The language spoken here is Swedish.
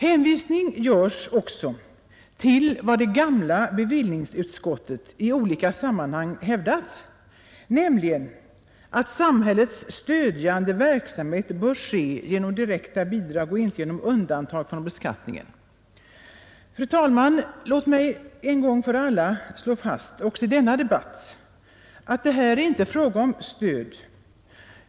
Hänvisning görs också till vad det gamla bevillningsutskottet i olika sammanhang hävdat, nämligen att samhällets stödjande verksamhet bör ske genom direkta bidrag och inte genom undantag från beskattningen. Fru talman! Låt mig en gång för alla slå fast, också i denna debatt, att det här inte är fråga om stöd.